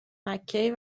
مککی